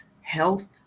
health